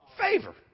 Favor